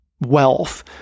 wealth